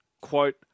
quote